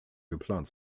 geplant